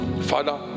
Father